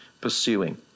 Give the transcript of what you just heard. pursuing